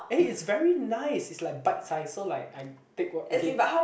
eh it's very nice it's like bite size so like I take what okay